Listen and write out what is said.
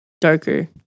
Darker